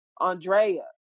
andrea